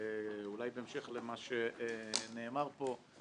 אולי בהמשך למה שנאמר פה.